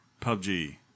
PUBG